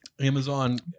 Amazon